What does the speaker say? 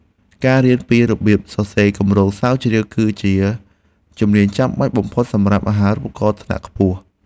ការរៀនពីរបៀបសរសេរគម្រោងស្រាវជ្រាវគឺជាជំនាញចាំបាច់បំផុតសម្រាប់អាហារូបករណ៍ថ្នាក់ខ្ពស់។